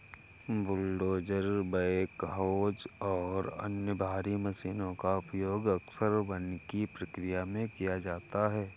bulldozer backhoes और अन्य भारी मशीनों का उपयोग अक्सर वानिकी प्रक्रिया में किया जाता है